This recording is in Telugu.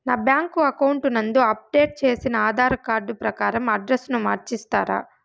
నా బ్యాంకు అకౌంట్ నందు అప్డేట్ చేసిన ఆధార్ కార్డు ప్రకారం అడ్రస్ ను మార్చిస్తారా?